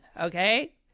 okay